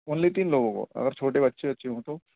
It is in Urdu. اونلی تین لوگوں کو اگر چھوٹے بچے وچے ہوں تو